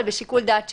בשיקול דעת שיפוטי.